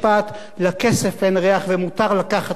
לכסף אין ריח ומותר לקחת מכל דבר.